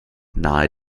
nahe